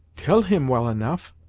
tell him well enough,